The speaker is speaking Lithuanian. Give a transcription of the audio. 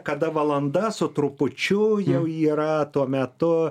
kada valanda su trupučiu jau yra tuo metu